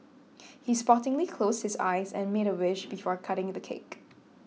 he sportingly closed his eyes and made a wish before cutting the cake